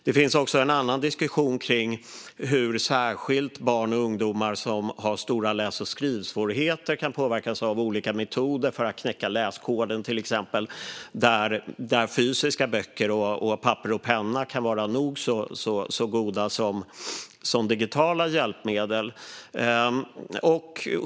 Det finns också en annan diskussion om hur särskilt barn och ungdomar som har stora läs och skrivsvårigheter kan påverkas av olika metoder för att till exempel knäcka läskoden. Fysiska böcker och papper och penna kan vara nog så goda som digitala hjälpmedel.